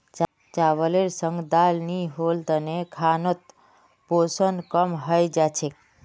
चावलेर संग दाल नी होल तने खानोत पोषण कम हई जा छेक